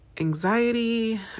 anxiety